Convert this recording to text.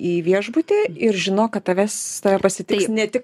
į viešbutį ir žinok kad tavęs tave pasitiks ne tik